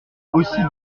aussi